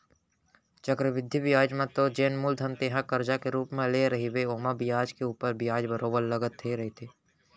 चक्रबृद्धि बियाज म तो जेन मूलधन तेंहा करजा के रुप म लेय रहिबे ओमा बियाज के ऊपर बियाज बरोबर लगते रहिथे